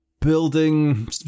building